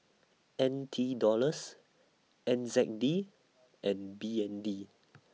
N T Dollars N Z D and B N D